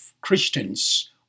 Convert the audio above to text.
Christians